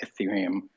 Ethereum